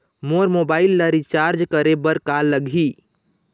मोर mobile ला recharge करे बर का लगही?